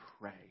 pray